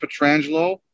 Petrangelo